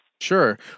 Sure